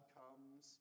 comes